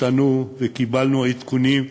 השתנו וקיבלנו עדכונים,